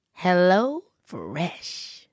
HelloFresh